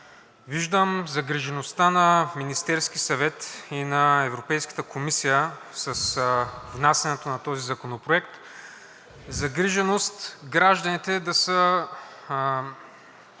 Виждам загрижеността на Министерския съвет и на Европейската комисия с внасянето на този законопроект – загриженост гражданите да са